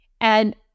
And-